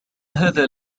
هذا